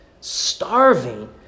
Starving